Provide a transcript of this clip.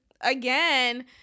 again